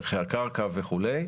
ערכי הקרקע וכו'.